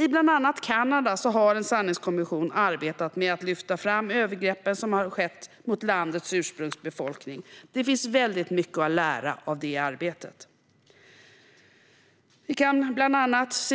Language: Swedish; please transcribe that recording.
I bland annat Kanada har en sanningskommission arbetat med att lyfta fram övergreppen som har skett mot landets ursprungsbefolkning. Det finns väldigt mycket att lära av det arbetet. Vi kan bland annat